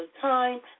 time